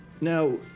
Now